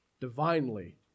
divinely